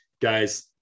Guys